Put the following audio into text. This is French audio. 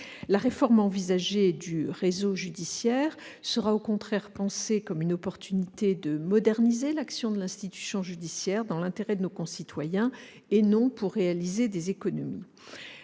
La réforme envisagée du réseau judiciaire sera au contraire pensée comme une opportunité de moderniser l'action de l'institution judiciaire dans l'intérêt de nos concitoyens et non pour réaliser des économies.